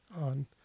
on